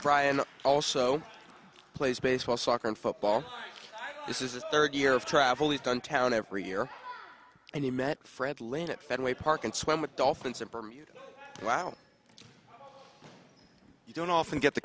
dry and also plays baseball soccer and football this is the third year of travel he's done town every year and he met fred lin at fenway park and swim with dolphins in bermuda while you don't often get the